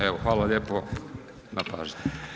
Evo, hvala lijepo na pažnji.